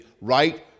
right